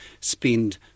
spend